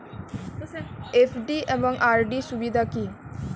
FD এবং RD এর সুবিধা কী?